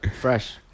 Fresh